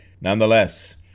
Nonetheless